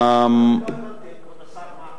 אדוני השר, לא הבנתי מה הכוונה.